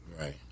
right